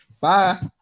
Bye